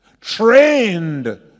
trained